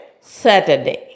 Saturday